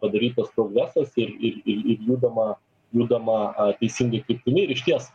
padarytas progresas ir ir ir ir judama judama teisinga kryptimi ir išties